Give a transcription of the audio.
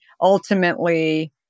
ultimately